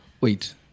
Wait